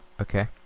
Okay